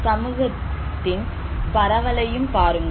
சமூகத்தின் பரவலையும் பாருங்கள்